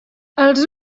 els